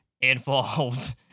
involved